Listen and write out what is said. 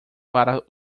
para